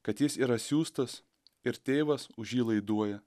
kad jis yra siųstas ir tėvas už jį laiduoja